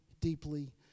deeply